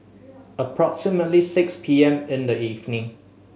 approximately six P M in the evening